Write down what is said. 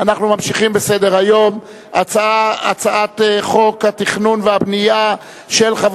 הוצע להם ציר